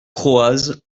kroaz